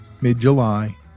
mid-July